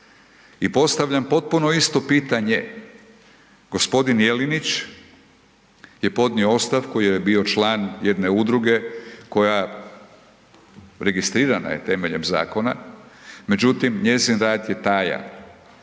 I postavljam potpuno isto pitanje. Gospodin Jelinić je podnio ostavku jer je bio član jedne udruge koja registrirana je temeljem zakona, međutim njezin rad je tajan